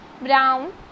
brown